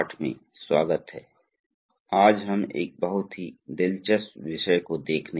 आज के व्याख्यान में आपका स्वागत है जो औद्योगिक स्वचालन और नियंत्रण के 26 वें नंबर का पाठ्यक्रम है